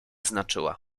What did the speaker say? znaczyła